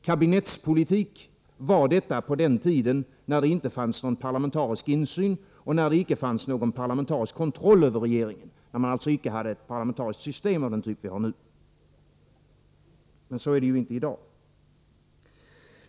Kabinettspolitik var detta på den tid då det inte fanns någon parlamentarisk insyn och inte någon parlamentarisk kontroll över regeringen. Vi hade då inte ett parlamentariskt system av den typ som vi nu har.